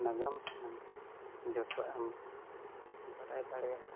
ᱱᱟᱜᱟᱢ ᱟᱱᱟᱝ ᱡᱚᱛᱚᱣᱟᱜ ᱮᱢ ᱵᱟᱰᱟᱭ ᱫᱟᱲᱮᱭᱟᱜᱼᱟ